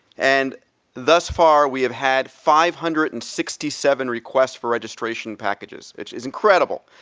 and thus far we have had five hundred and sixty seven requests for registration packages, which is incredible.